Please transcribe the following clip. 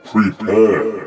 Prepare